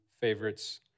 favorites